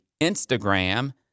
Instagram